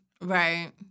Right